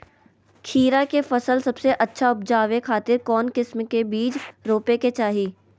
खीरा के फसल सबसे अच्छा उबजावे खातिर कौन किस्म के बीज रोपे के चाही?